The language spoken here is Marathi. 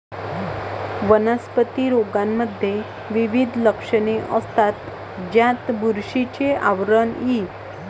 वनस्पती रोगांमध्ये विविध लक्षणे असतात, ज्यात बुरशीचे आवरण इ